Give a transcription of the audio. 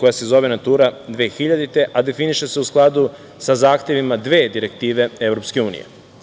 koja se zove „Natura 2000“, a definiše se u skladu sa zahtevima dve direktive EU.Zato